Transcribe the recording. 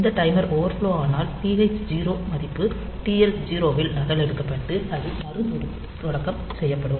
இந்த timer overflow ஆனால் TH 0 மதிப்பு TL 0 இல் நகலெடுக்கப்பட்டு அது மறுதொடக்கம் செய்யப்படும்